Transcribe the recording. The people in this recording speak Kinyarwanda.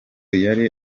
yari